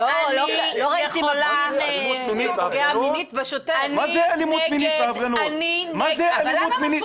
לא ראיתי מפגין --- אני יכולה --- מה זה אלימות מינית בהפגנות?